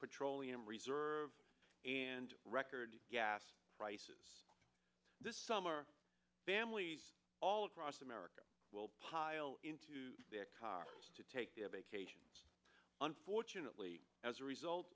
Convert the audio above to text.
petroleum reserve and record gas prices this summer families all across america will pile into their car to take the a vacation unfortunately as a result